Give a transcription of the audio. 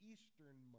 Eastern